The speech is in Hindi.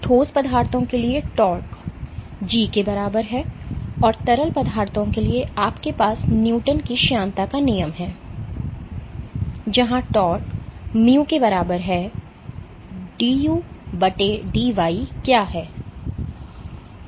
तो ठोस पदार्थों के लिए tau Gγ के बराबर है और तरल पदार्थों के लिए आपके पास न्यूटन की श्यानता का नियम है जहां tau mu के बराबर है dudy क्या है